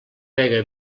bega